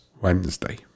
Wednesday